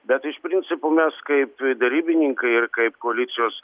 bet iš principo mes kaip derybininkai ir kaip koalicijos